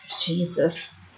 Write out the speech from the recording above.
Jesus